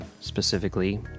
specifically